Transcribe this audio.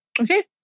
Okay